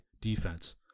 defense